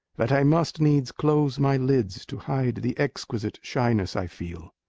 that i must needs close my lids to hide the exquisite shyness i feel.